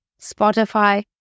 Spotify